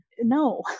No